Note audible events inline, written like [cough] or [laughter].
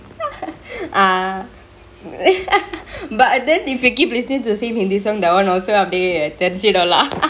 [laughs] ah but then if you keep listeningk to the same hindi songk that one also அப்டியே தெரிஞ்சுடுலா:apdiye terinjudulaa